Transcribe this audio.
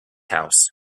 house